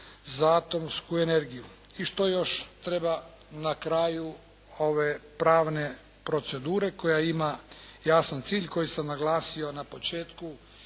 za atomsku energiju. I što još treba na kraju ove pravne procedure koja ima jasan cilj koji sam naglasio na početku